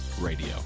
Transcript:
radio